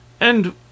And